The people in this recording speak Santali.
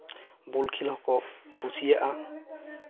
ᱵᱚᱞᱠᱷᱮᱞ ᱦᱚᱸᱠᱚ ᱠᱩᱥᱤᱭᱟᱜᱼᱟ